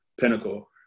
pinnacle